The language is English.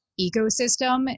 ecosystem